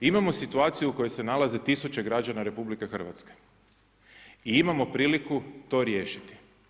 Imamo situaciju u kojoj se nalaze tisuće građana RH i imamo priliku to riješiti.